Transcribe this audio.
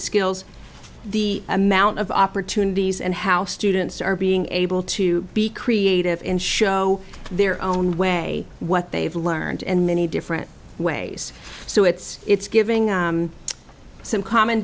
skills the amount of opportunities and how students are being able to be creative and show their own way what they've learned and many different ways so it's it's giving some common